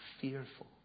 fearful